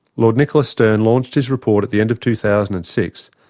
lord nicholas stern launched his report at the end of two thousand and six,